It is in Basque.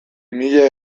mila